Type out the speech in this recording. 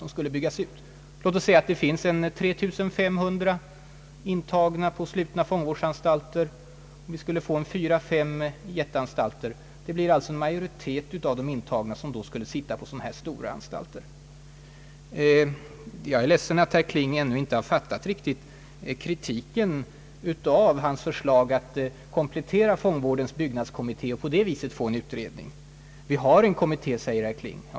Låt mig säga att det i dag finns cirka 3 5300 intagna på slutna fångvårdsanstalter, och att vi skulle få fyra å fem jätteanstalter! Det skulle alltså bli en majoritet av de intagna som skulle sitta på sådana stora anstalter. Jag är ledsen att herr Kling inte riktigt fattat innebörden i kritiken av hans förslag att komplettera fångvårdens byggnadskommitté och endast på det sättet få en utredning. Vi har en kommitté, säger herr Kling.